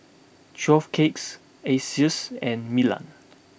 twelve Cupcakes Asics and Milan